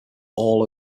all